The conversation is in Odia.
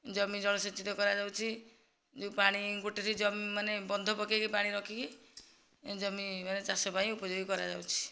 ଜମି ଜଳସେଚିତ କରାଯାଉଛି ଯେଉଁ ପାଣି ଗୋଟିଏରେ ଜମିମାନେ ବନ୍ଧ ପକାଇକି ପାଣି ରଖିକି ଜମି ମାନେ ଚାଷ ପାଇଁ ଉପଯୋଗି କରାଯାଉଛି